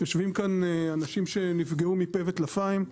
יושבים כאן אנשים שנפגעו מפה וטלפיים,